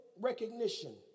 recognition